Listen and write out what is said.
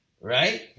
right